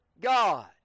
God